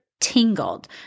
tingled